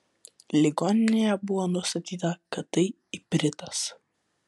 ligoninėje buvo nustatyta kad tai ipritas